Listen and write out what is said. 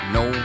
no